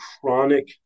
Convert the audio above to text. chronic